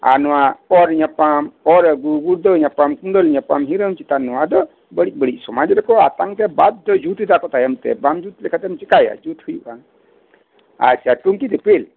ᱟᱨ ᱱᱚᱶᱟ ᱚᱨ ᱧᱟᱯᱟᱢ ᱚᱨ ᱟᱹᱜᱩ ᱜᱩᱲᱫᱟᱹᱣ ᱧᱟᱯᱟᱢ ᱠᱚᱸᱰᱮᱞ ᱧᱟᱯᱟᱢ ᱦᱤᱨᱳᱢ ᱪᱮᱛᱟᱱ ᱱᱚᱶᱟ ᱫᱚ ᱵᱟᱹᱲᱤᱪ ᱵᱟᱹᱲᱤᱪ ᱥᱚᱢᱟᱡ ᱨᱮᱠᱚ ᱟᱛᱟᱝ ᱮᱫᱟ ᱵᱟᱫᱫᱷᱚ ᱨᱮ ᱡᱩᱛ ᱮᱫᱟ ᱠᱚ ᱛᱟᱭᱚᱢ ᱛᱮ ᱵᱟᱝ ᱡᱩᱛ ᱞᱮᱠᱷᱟᱱ ᱫᱚ ᱪᱮᱠᱟᱹᱛᱮᱢ ᱪᱮᱠᱟᱹᱭᱟ ᱡᱩᱛ ᱦᱩᱭᱩᱜᱼᱟ ᱟᱪᱪᱷᱟ ᱴᱩᱝᱠᱤ ᱫᱤᱯᱤᱞ